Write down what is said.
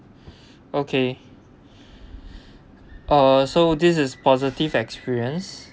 okay uh so this is positive experience